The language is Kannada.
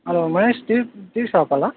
hello Mahesh tea tea shop ಅಲ್ಲಾ